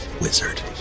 wizard